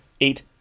eight